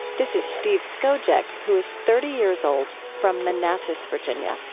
this is steve skojec, who is thirty years old from manassas, virginia